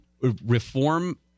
reform